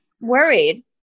Worried